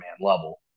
level